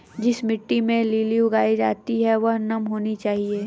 जिस मिट्टी में लिली उगाई जाती है वह नम होनी चाहिए